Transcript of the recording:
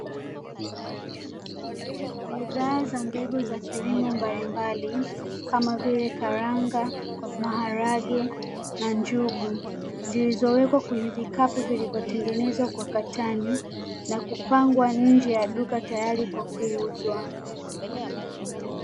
Bidhaa za mbegu za kilimo mbalimbali kama vile karanga, maharage na njugu zilizowekwa kwenye vikapu vilivyotengenezwa kwa katani na kupangwa nje ya duka tayari kwa kuuzwa.